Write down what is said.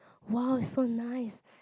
!wow! so nice